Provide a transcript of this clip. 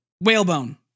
whalebone